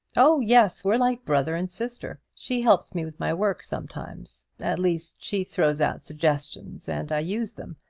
oh, yes we're like brother and sister. she helps me with my work sometimes at least she throws out suggestions, and i use them.